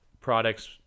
products